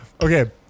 Okay